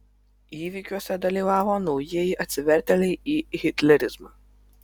įvykiuose dalyvavo naujieji atsivertėliai į hitlerizmą